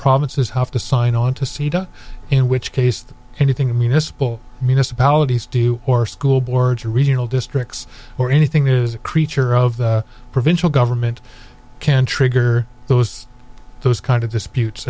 provinces have to sign on to cedar in which case anything the municipal municipalities do or school boards or regional districts or anything is a creature of the provincial government can trigger those those kind of disputes